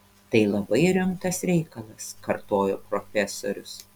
tai labai rimtas reikalas kartojo profesorius